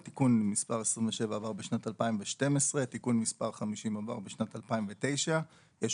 תיקון מס' 27 עבר בשנת 2012. תיקון מס' 50 עבר בשנת 2009. יש